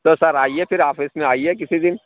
تو سر آئیے پھر آپھس میں آئیے کسی دِن